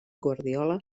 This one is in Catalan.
guardiola